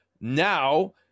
now